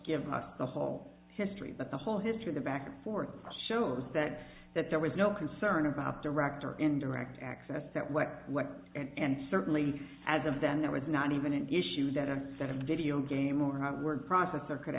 give us the whole history but the whole history the back and forth shows that that there was no concern about direct or indirect access that what what and certainly as of then there was not even an issue that i said a video game or word processor could